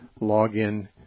login